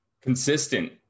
Consistent